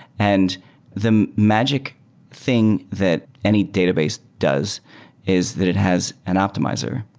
and the magic thing that any database does is that it has an optimizer,